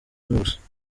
n’ubusa